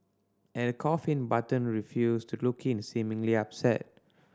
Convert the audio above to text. at the coffin Button refused to look in seemingly upset